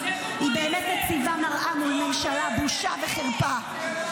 היא באמת מציבה מראה מול ממשלה בושה וחרפה.